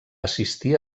assistir